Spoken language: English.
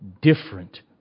different